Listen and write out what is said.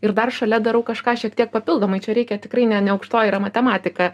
ir dar šalia darau kažką šiek tiek papildomai čia reikia tikrai ne ne aukštoji yra matematika